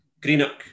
Greenock